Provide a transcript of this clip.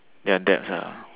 their dads ah